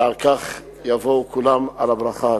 ועל כך יבואו כולם על הברכה.